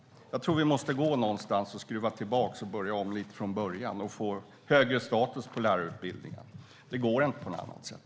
Jag tror att vi måste gå någonstans och skruva tillbaka, börja om lite från början och få högre status på lärarutbildningen. Det går inte på något annat sätt.